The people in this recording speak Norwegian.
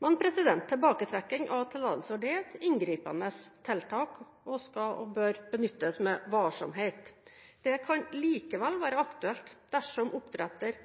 Tilbaketrekking av tillatelse er et inngripende tiltak og bør benyttes med varsomhet. Det kan likevel være aktuelt dersom oppdretter